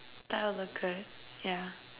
that would be good yeah